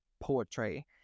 poetry